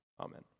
Amen